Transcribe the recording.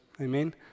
Amen